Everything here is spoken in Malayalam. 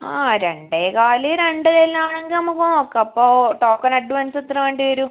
ആ രണ്ടേ കാൽ രണ്ട് എല്ലാം ആണെങ്കിൽ നമുക്ക് നോക്കാം അപ്പോൾ ടോക്കൺ അഡ്വാൻസ് എത്ര വേണ്ടി വരും